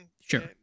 Sure